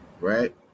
right